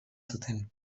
zuten